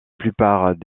plupart